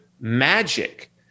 magic